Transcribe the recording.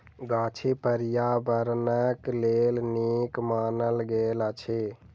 गाछी पार्यावरणक लेल नीक मानल गेल अछि